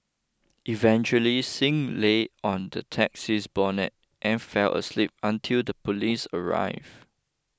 eventually Singh lay on the taxi's bonnet and fell asleep until the police arrived